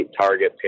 target